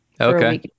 okay